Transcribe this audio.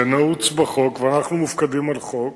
זה נעוץ בחוק, ואנחנו מופקדים על חוק.